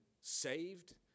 saved